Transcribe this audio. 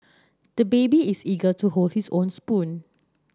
the baby is eager to hold his own spoon